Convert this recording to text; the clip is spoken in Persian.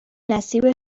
نصیب